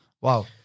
Wow